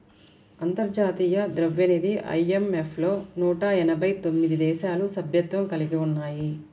అంతర్జాతీయ ద్రవ్యనిధి ఐ.ఎం.ఎఫ్ లో నూట ఎనభై తొమ్మిది దేశాలు సభ్యత్వం కలిగి ఉన్నాయి